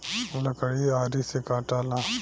लकड़ी आरी से कटाला